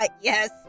yes